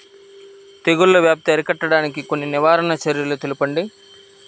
తెగుళ్ల వ్యాప్తి అరికట్టడానికి కొన్ని నివారణ చర్యలు తెలుపండి?